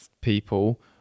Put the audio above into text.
people